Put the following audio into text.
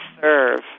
serve